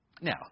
Now